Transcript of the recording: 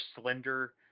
slender